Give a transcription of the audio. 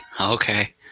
Okay